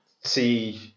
see